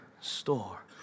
store